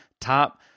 top